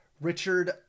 Richard